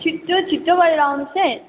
छिट्टो छिटो गरेर आउनुहोस् है